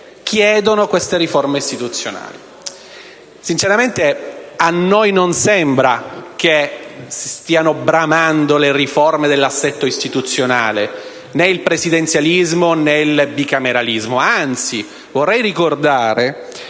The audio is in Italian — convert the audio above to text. chiedono queste riforme istituzionali. Sinceramente, a noi non sembra che stiano bramando le riforme dell'assetto istituzionale, né il presidenzialismo, né il bicameralismo.